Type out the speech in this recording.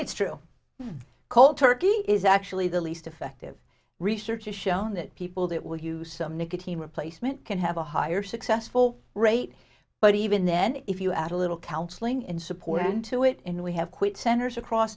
it's true cold turkey is actually the least effective research has shown that people that will use some nicotine replacement can have a higher successful rate but even then if you add a little counseling and support into it in we have quit centers across